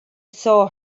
saw